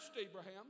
Abraham